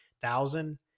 thousand